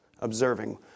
observing